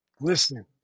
Listen